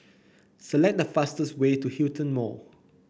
select the fastest way to Hillion Mall